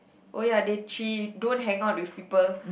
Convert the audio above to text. oh ya they she don't hang out with people